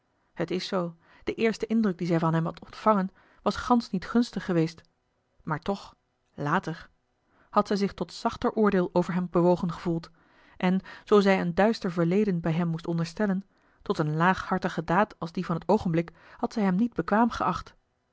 het is zoo de eerste indruk dien zij van hem had ontvangen was gansch niet gunstig geweest maar toch later had zij zich tot zachter oordeel over hem bewogen gevoeld en zoo zij een duister verleden bij hem moest onderstellen tot eene laaghartige daad als die van het oogenblik had zij hem niet bekwaam geacht